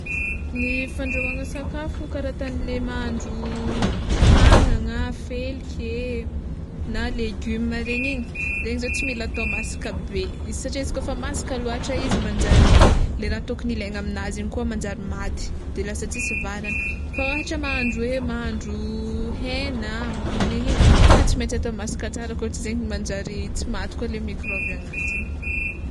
Ny fandrahoana sakafo kara ataonle mahandro hagnagna, feliky e na legioma regny igny, regny zao tsy mila atao masaka be satrià izy kôfa masaka loatra izy manjary le raha tokony ilaina aminazy koa manjary maty manjary tsisy varany, fa ôhatra mahandro, mahandro hena magnan'io e tegna tsy maintsy atao masaka tsara koa tsy zegny manjary tsy maty koa le mikraoba agnatiny.